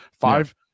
Five